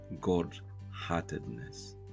god-heartedness